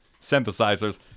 synthesizers